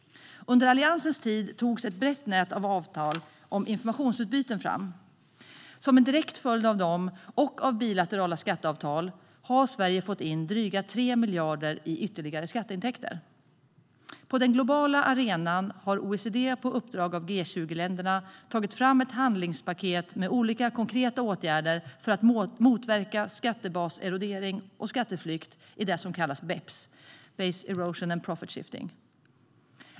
Under Alliansens tid togs ett brett nät av avtal om informationsutbyte fram. Som en direkt följd av dem och bilaterala skatteavtal har Sverige fått in drygt 3 miljarder i ytterligare skatteintäkter. På den globala arenan har OECD på uppdrag av G20-länderna tagit fram ett handlingspaket med olika konkreta åtgärder för att motverka skattebaserodering och skatteflykt i det som kallas BEPS, Base Erosion and Profit Shifting.